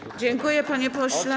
Dziękuję, panie pośle.